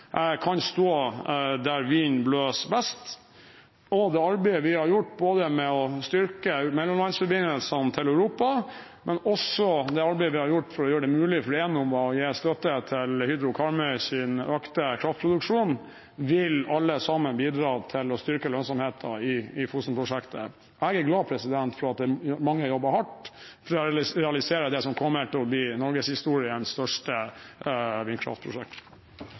kan stå der vinden blåser best. Både det arbeidet vi har gjort med å styrke mellomlandsforbindelsene til Europa, og det arbeidet vi har gjort for å gjøre det mulig å gi støtte til Hydro Karmøys økte kraftproduksjon, vil bidra til å styrke lønnsomheten i Fosen-prosjektet. Jeg er glad for at mange jobber hardt for å realisere det som kommer til å bli norgeshistoriens største